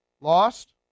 lost